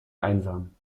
einsam